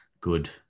good